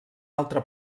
altre